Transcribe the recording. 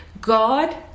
God